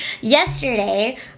Yesterday